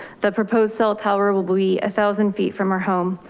the proposed cell tower will be a thousand feet from our home.